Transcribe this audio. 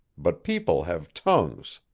but people have tongues.